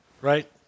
right